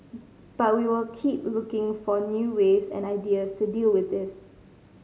but we will keep looking for new ways and ideas to deal with this